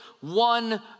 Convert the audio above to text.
one